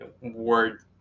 word